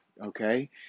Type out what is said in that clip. okay